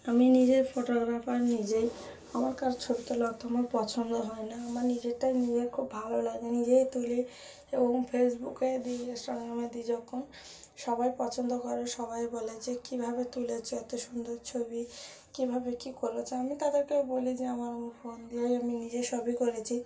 আমি নিজে ফটোগ্রাফার আমি নিজেই আমার কারো ছবি তোলা অত আমার পছন্দ হয় না আমার নিজেরটাই নিজে খুব ভালো লাগে নিজেই তুলি এবং ফেসবুকে দিই ইনস্টাগ্রামে দিই যখন সবাই পছন্দ করে সবাই বলে যে কীভাবে তুলেছ এত সুন্দর ছবি কীভাবে কী করেছ আমি তাদেরকে বলি যে আমার অমুক ফোন দিয়েই আমি নিজে সবই করেছি